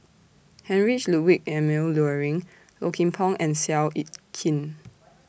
Heinrich Ludwig Emil Luering Low Kim Pong and Seow Yit Kin